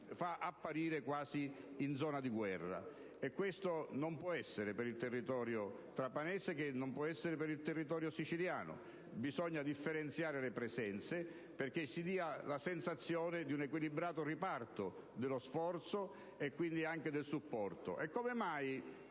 fa apparire quasi in zona di guerra, e questo non può essere per il territorio trapanese, e non può essere per il territorio siciliano. Bisogna differenziare le presenze, perché si dia la sensazione di un equilibrato riparto dello sforzo e quindi anche del supporto.